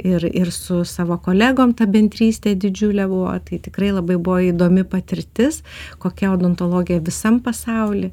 ir ir su savo kolegom ta bendrystė didžiulė buvo tai tikrai labai buvo įdomi patirtis kokia odontologija visam pasauly